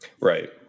Right